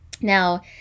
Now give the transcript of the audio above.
now